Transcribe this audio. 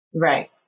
Right